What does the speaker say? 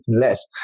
less